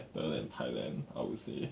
better than thailand I would say